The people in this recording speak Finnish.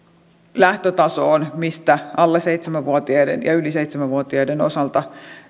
lähtötasoon mistä alle seitsemän vuotiaiden ja yli seitsemän vuotiaiden osalta